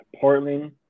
Portland